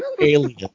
alien